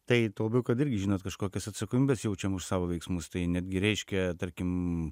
tai tuo labiau kad irgi žinot kažkokias atsakomybes jaučiam už savo veiksmus tai netgi reiškia tarkim